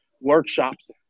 workshops